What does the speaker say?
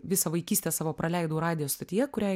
visą vaikystę savo praleidau radijo stotyje kuriai